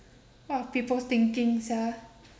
what of people thinking sia